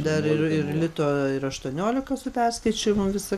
dar ir ir lito ir aštuoniolika su perskaičiavimu visa